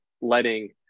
letting